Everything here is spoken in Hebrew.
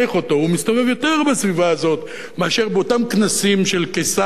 הוא מסתובב בסביבה הזאת יותר מאשר באותם כנסים של קיסריה,